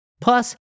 Plus